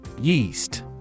Yeast